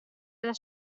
della